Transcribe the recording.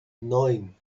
neun